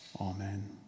Amen